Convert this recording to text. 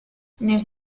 nel